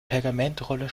pergamentrolle